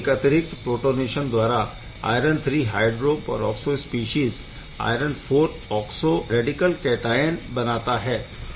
एक अतिरिक्त प्रोटोनेशन द्वारा iron III hydro peroxo species iron IV oxo radical cation बनाता है